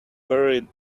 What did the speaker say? buried